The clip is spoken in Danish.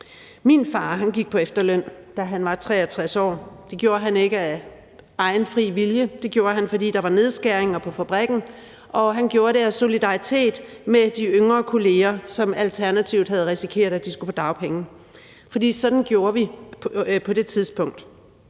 Min far gik på efterløn, da han var 63 år. Det gjorde han ikke af egen fri vilje; det gjorde han, fordi der var nedskæringer på fabrikken. Og han gjorde det i solidaritet med de yngre kolleger, som alternativt havde risikeret, at de skulle på dagpenge, for sådan gjorde man på det tidspunkt.